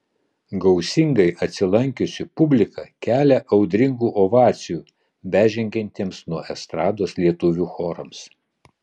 gausingai atsilankiusi publika kelia audringų ovacijų bežengiantiems nuo estrados lietuvių chorams